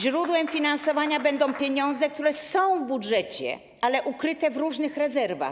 Źródłem finansowania będą pieniądze, które są w budżecie, ale ukryte w różnych rezerwach.